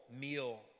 meal